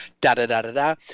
da-da-da-da-da